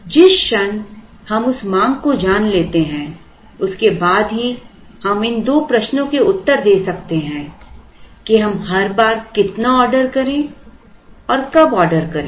जिस क्षण हम उस मांग को जान लेते हैं उसके बाद ही हम इन दो प्रश्नों के उत्तर दे सकते हैं कि हम हर बार कितना ऑर्डर करें और कब ऑर्डर करें